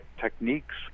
techniques